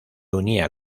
unía